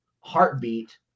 heartbeat